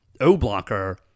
o-blocker